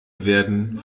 werden